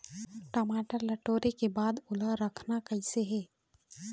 टमाटर ला टोरे के बाद ओला रखना कइसे हे?